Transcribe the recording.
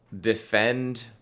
defend